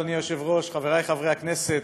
אדוני היושב-ראש, חברי חברי הכנסת,